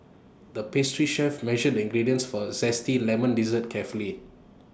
the pastry chef measured the ingredients for A Zesty Lemon Dessert carefully